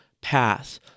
path